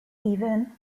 even